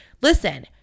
listen